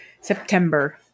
september